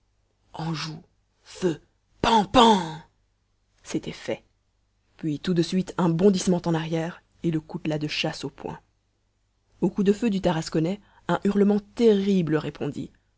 en joue feu pan pan c'était fait puis tout de suite un bondissement en arrière et le coutelas de chasse au poing au coup de feu du tarasconnais un hurlement terrible répondit